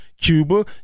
Cuba